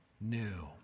new